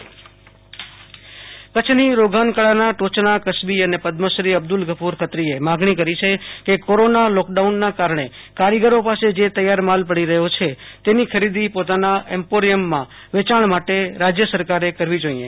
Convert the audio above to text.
આશુતોષ અંતાણી કચ્છ અબ્દુલ ગફુર ખત્રો કચ્છની રોગાન કળાના કસબી અને પદમશ્રી અબ્દુલ ગફુર ખત્રીએ માંગણી કરી છે કે કોરોના લોકડાઉનના કારણે કારીગરો પાસે જે તૈયાર માલ પડી રહયો છે તેની ખરીદી પોતના એમ્પોરિયમમાં વેંચાણ માટે રાજય સરકારે કરવી જોઈએ